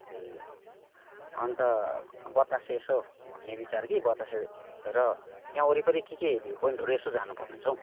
ए अन्त बतासे यसो घुम्ने विचार कि बतासे र त्यहँ वरिपरि के के भ्यू पोइन्टहरू यसो जानु पर्ने छ हौ